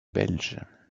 belges